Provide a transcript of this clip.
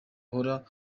ahora